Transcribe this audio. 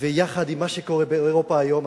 ויחד עם מה שקורה באירופה היום.